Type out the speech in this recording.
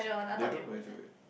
they don't measure it